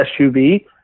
SUV